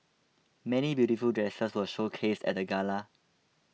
many beautiful dresses were showcased at the gala